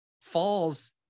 falls